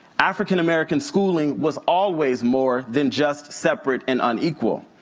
african-american schooling was always more than just separate and unequal.